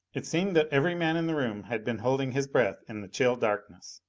it seemed that every man in the room had been holding his breath in the chill darkness.